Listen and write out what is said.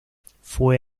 fue